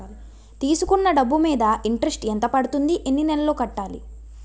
తీసుకున్న డబ్బు మీద ఇంట్రెస్ట్ ఎంత పడుతుంది? ఎన్ని నెలలో కట్టాలి?